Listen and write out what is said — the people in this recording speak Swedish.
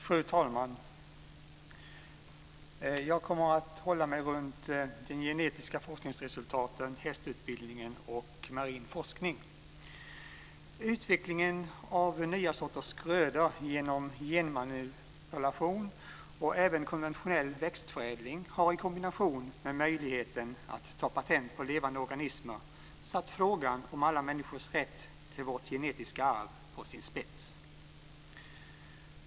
Fru talman! Jag kommer att hålla mig till de genetiska forskningsresultaten, hästutbildningen och marin forskning. Utvecklingen av nya sorters grödor genom genmanipulation och även konventionell växtförädling har, i kombination med möjligheten att ta patent på levande organismer, satt frågan om alla människors rätt till vårt genetiska arv på sin spets.